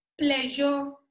pleasure